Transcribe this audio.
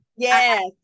Yes